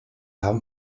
haben